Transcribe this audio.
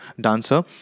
dancer